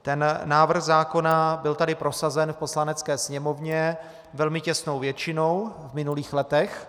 Ten návrh zákona tady byl prosazen v Poslanecké sněmovně velmi těsnou většinou v minulých letech.